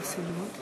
חברי כנסת נכבדים,